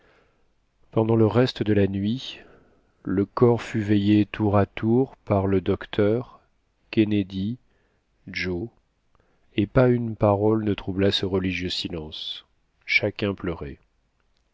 pendant le reste de la nuit le corps fut veillé tour à tour par le docteur kennedy joe et pas une parole ne troubla ce religieux silence chacun pleurait